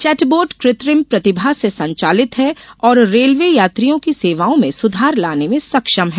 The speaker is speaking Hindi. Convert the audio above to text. चैटबोट कृत्रिम प्रतिभा से संचालित है और रेलवे यात्रियों की सेवाओं में सुधार लाने में सक्षम है